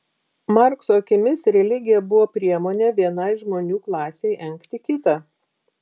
markso akimis religija buvo priemonė vienai žmonių klasei engti kitą